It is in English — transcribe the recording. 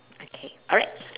okay alright